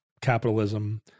capitalism